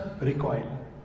recoil